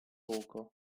poco